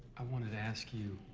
i wanted to ask you.